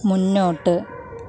മുന്നോട്ട്